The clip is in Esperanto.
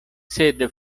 sed